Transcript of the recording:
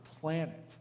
planet